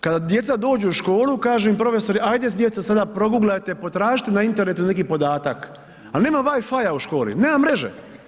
Kada djeca dođu u školu kažu im profesori ajde djeco sada proguglajte, potražite na internetu neki podatak ali nema Wi-Fi-ja u školi, nema mreže.